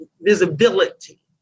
visibility